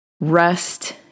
Rest